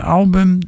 album